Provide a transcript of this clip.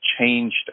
changed